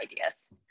ideas